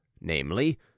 namely